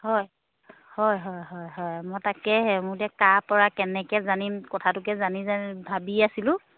হয় হয় হয় হয় হয় মই তাকেহে মই এতিয়া কাৰ পৰা কেনেকৈ জানিম কথাটোকে জানি জানি ভাবি আছিলোঁ